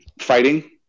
fighting